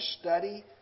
study